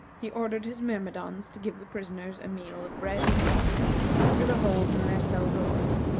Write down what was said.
he ordered his myrmidons to give the prisoners a meal of bread and water through the holes in their cell-doors,